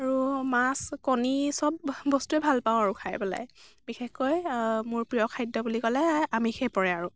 আৰু মাছ কণী চব বস্তুয়েই ভাল পাওঁ আৰু খাই পেলায় বিশেষকৈ মোৰ প্ৰিয় খাদ্য বুলি ক'লে আমিষেই পৰে আৰু